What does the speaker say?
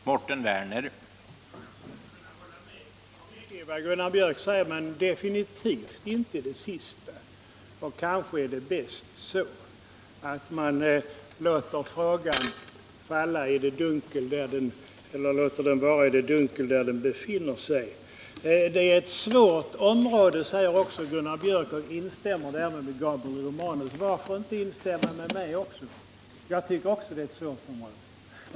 Herr talman! Jag kan instämma i mycket av vad Gunnar Biörck sade men definitivt inte i det sista — att kanske är det bäst så, nämligen att man låter frågan stanna i det dunkel där den befinner sig. Gunnar Biörck instämde med Gabriel Romanus om att detta är ett svårt område. Varför inte instämma med mig också? Även jag tycker att detta är ett svårt område.